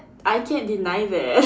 I can't deny that